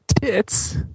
tits